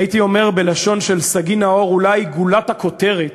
הייתי אומר בלשון סגי נהור, אולי גולת הכותרת,